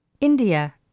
India